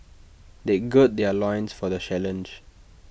they gird their loins for the challenge